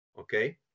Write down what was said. Okay